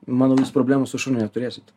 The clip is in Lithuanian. manau jūs problemų su šuniu neturėsit